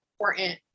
important